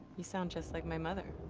you sound just like my mother!